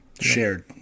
shared